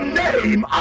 name